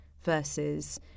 versus